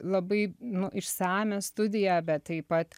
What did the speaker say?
labai nu išsamią studiją bet taip pat